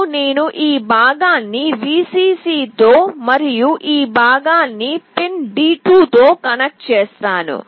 ఇప్పుడు నేను ఈ భాగాన్ని Vcc తో మరియు ఈ భాగాన్ని పిన్ D2 తో కనెక్ట్ చేస్తాను